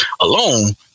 alone